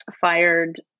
fired